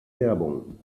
werbung